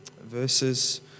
verses